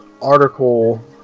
article